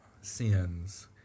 sins